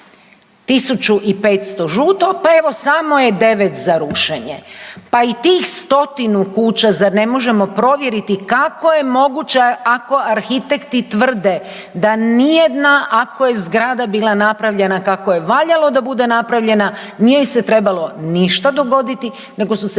1500 žuto, pa evo samo je 9 za rušenje. Pa i tih stotinu kuća, zar ne možemo provjeriti kako je moguća ako arhitekti tvrde da nijedna ako zgrada bila napravljena kako je valjalo da bude napravljena, nije joj se trebalo ništa dogoditi, nego su se